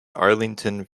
arlington